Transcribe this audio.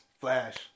Flash